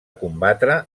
combatre